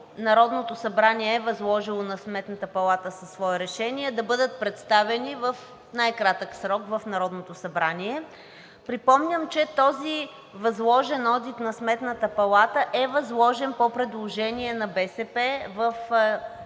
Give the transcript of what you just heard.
Народното събрание е възложило на Сметната палата със свое решение, да бъдат представени в най-кратък срок в Народното събрание. Припомням, че този възложен одит на Сметната палата е възложен по предложение на БСП в мандата